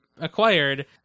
acquired